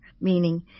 meaning